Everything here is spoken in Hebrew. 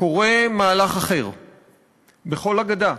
קורה מהלך אחר בכל הגדה,